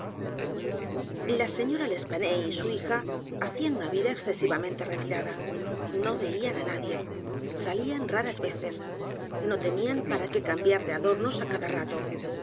la señora l'espanaye y su hija hacían una vida excesivamente retirada no veían á nadie salían r a r a s veces no tenían p a r a que cambiar de adornos á c a d a rato